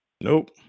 Nope